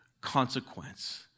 consequence